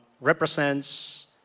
represents